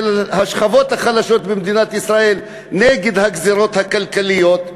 של השכבות החלשות במדינת ישראל נגד הגזירות הכלכליות.